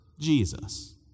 Jesus